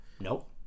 nope